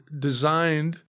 designed